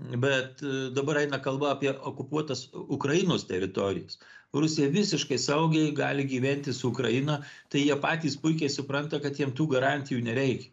bet dabar eina kalba apie okupuotas ukrainos teritorijas rusija visiškai saugiai gali gyventi su ukraina tai jie patys puikiai supranta kad jiem tų garantijų nereikia